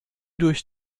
durch